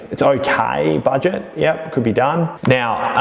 it's okay budget, yep, could be done. now,